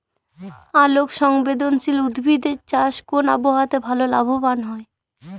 আলোক সংবেদশীল উদ্ভিদ এর চাষ কোন আবহাওয়াতে ভাল লাভবান হয়?